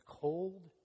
cold